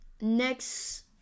Next